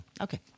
Okay